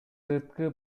сырткы